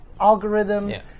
algorithms